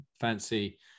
fancy